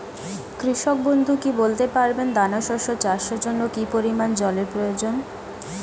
কৃষক বন্ধু কি বলতে পারবেন দানা শস্য চাষের জন্য কি পরিমান জলের প্রয়োজন?